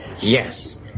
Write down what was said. Yes